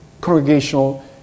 congregational